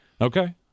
okay